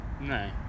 No